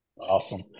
Awesome